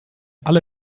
alle